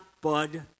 bud